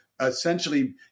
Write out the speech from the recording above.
Essentially